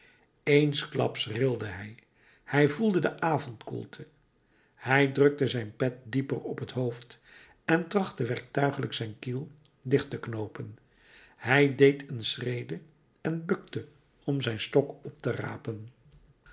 eensklaps rilde hij hij voelde de avondkoelte hij drukte zijn pet dieper op t hoofd en trachtte werktuiglijk zijn kiel dicht te knoopen hij deed een schrede en bukte om zijn stok op te rapen